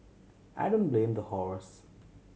I don't blame the horse